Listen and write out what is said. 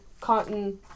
cotton